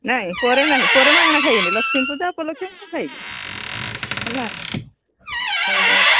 ନାଇଁ ପରେ ନାାଇଁ ପରେ ମାଗଣା ଖାଇବିନି ଲକ୍ଷ୍ମୀ ପୂଜା ଉପଲକ୍ଷେ ମୁଁ ଖାଇବି ହେଲା ହଉ